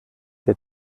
der